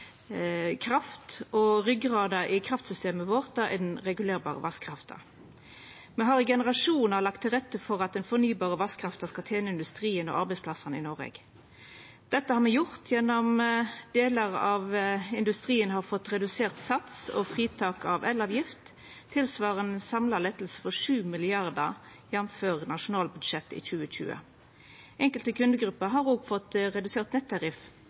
kraft, ryggrada i kraftsystemet vårt er den regulerbare vasskrafta. Me har i generasjonar lagt til rette for at den fornybare vasskrafta skal tena industrien og arbeidsplassane i Noreg. Dette har me gjort gjennom at delar av industrien har fått redusert sats og fritak for elavgift, tilsvarande 7 mrd. kr i samla lettar, jf. nasjonalbudsjettet 2020. Enkelte kundegrupper har òg fått redusert nettariff